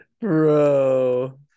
Bro